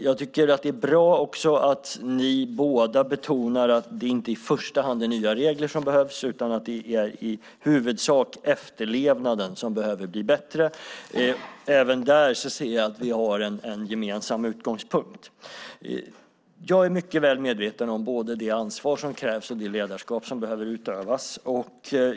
Jag tycker också att det är bra att ni båda betonar att det inte i första hand är nya regler som behövs utan att det i huvudsak är efterlevnaden som behöver bli bättre. Även där ser jag att vi har en gemensam utgångspunkt. Jag är mycket väl medveten om både det ansvar som krävs och det ledarskap som behöver utövas.